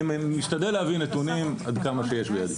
אני משתדל להביא נתונים עד כמה שיש בידי.